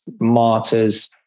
Martyrs